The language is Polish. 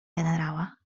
generała